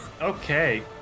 Okay